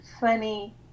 funny